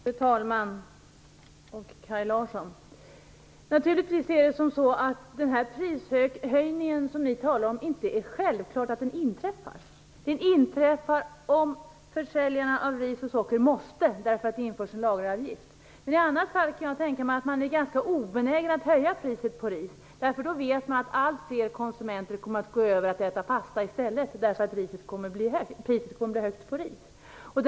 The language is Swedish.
Fru talman! Det är naturligtvis inte självklart att den prishöjning som ni talar om inträffar, Kaj Larsson. Den inträffar om försäljarna av ris och socker måste höja priserna därför att en lageravgift införs. I annat fall kan jag tänka mig att man är ganska obenägen att höja priset på ris. Man vet att allt fler konsumenter kommer att äta pasta i stället för ris om priset på ris kommer att bli högt.